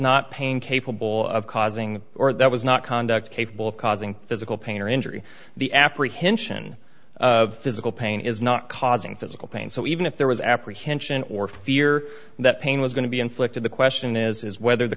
not pain capable of causing or that was not conduct capable of causing physical pain or injury the apprehension of physical pain is not causing physical pain so even if there was apprehension or fear that pain was going to be inflicted the question is whether the